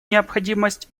необходимость